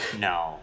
No